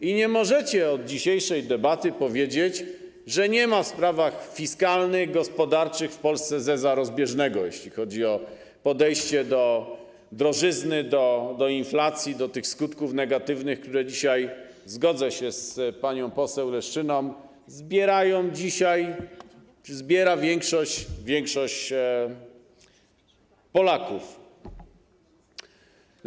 I nie możecie od dzisiejszej debaty powiedzieć, że nie ma w sprawach fiskalnych, gospodarczych w Polsce zeza rozbieżnego, jeśli chodzi o podejście do drożyzny, do inflacji, do tych skutków negatywnych, które dzisiaj - zgodzę się z panią poseł Leszczyną - odczuwa większość Polaków.